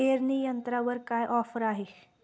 पेरणी यंत्रावर काय ऑफर आहे?